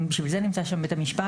לשם כך נמצא שם בית המשפט.